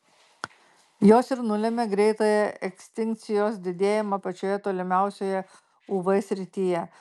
jos ir nulemia greitą ekstinkcijos didėjimą pačioje tolimiausioje uv srityje